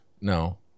No